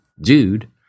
dude